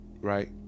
Right